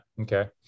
Okay